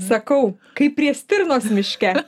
sakau kaip prie stirnos miške